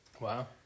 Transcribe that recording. Wow